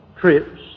trips